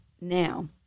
now